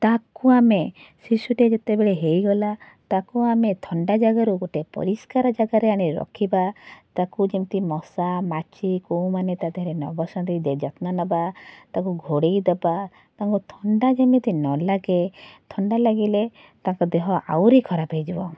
ତାକୁ ଆମେ ଶିଶୁଟେ ଯେତେବେଳେ ହେଇଗଲା ତାକୁ ଆମେ ଥଣ୍ଡା ଜାଗାରୁ ଗୋଟେ ପରିସ୍କାର ଜାଗାରେ ଆଣି ରଖିବା ତାକୁ ଯେମିତି ମଶା ମାଛି କେଉଁମାନେ ତାଦେହରେ ନ ବସନ୍ତି ଯତ୍ନନବା ତାକୁ ଘୋଡ଼ାଇ ଦବା ତାଙ୍କୁ ଥଣ୍ଡା ଯେମିତି ନ ଲାଗେ ଥଣ୍ଡା ଲାଗିଲେ ତାଙ୍କ ଦେହ ଆହୁରି ଖରାପ ହେଇଯିବ